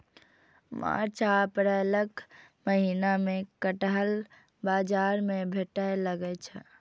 मार्च आ अप्रैलक महीना मे कटहल बाजार मे भेटै लागै छै